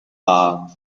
bahr